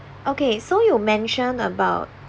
okay so you mentioned about